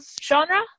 genre